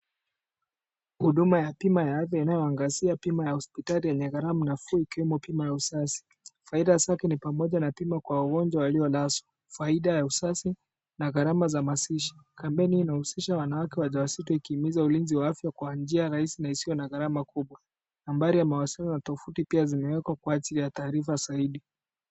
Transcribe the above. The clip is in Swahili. Huduma ya bima ya afya inayoangazia bima ya hospitali yenye gharama nafuu, ikiwemo bima ya uzazi. Faida zake ni pamoja na bima kwa wagonjwa waliolazwa, faida ya uzazi na gharama za mazishi. Kampeni inahusisha wanawake wajawazito ikihimiza ulinzi wa afya kwa njia rahisi na isiyo na gharama kubwa, nambari ya mawasiliano na tovuti pia zimewekwa kwa ajili ya taarifa zaidi.